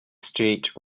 street